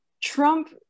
Trump